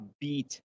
beat